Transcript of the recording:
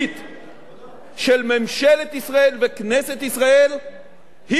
של ממשלת ישראל וכנסת ישראל היא קו המגן,